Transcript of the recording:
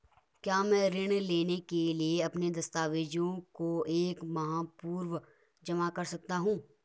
क्या मैं ऋण लेने के लिए अपने दस्तावेज़ों को एक माह पूर्व जमा कर सकता हूँ?